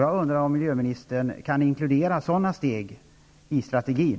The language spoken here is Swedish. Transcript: Jag undrar om miljöministern kan inkludera sådana steg i strategin.